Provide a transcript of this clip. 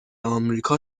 آمریکا